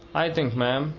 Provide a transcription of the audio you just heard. i think, ma'am,